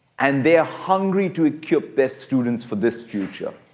and they are hungry to equip their students for this future.